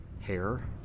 hair